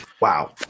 wow